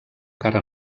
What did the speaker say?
cara